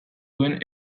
duen